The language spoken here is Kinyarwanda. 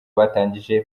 batangije